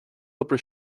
obair